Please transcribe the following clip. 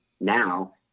now